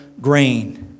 grain